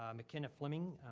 um mckinna flemming.